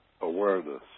awareness